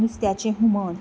नुस्त्याचें हुमण